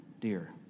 dear